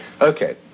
Okay